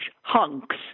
hunks